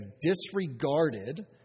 disregarded